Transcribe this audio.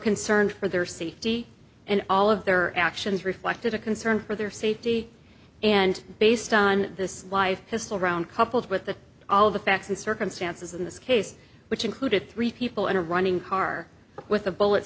concerned for their safety and all of their actions reflected a concern for their safety and based on this life coupled with the all of the facts and circumstances in this case which included three people in a running car with a bullet